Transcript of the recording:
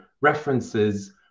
references